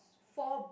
four